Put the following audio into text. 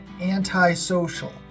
antisocial